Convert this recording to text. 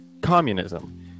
Communism